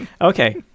Okay